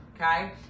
okay